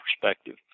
perspective